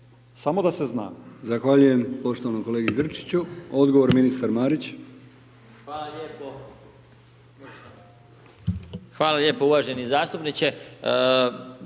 Samo da se zna.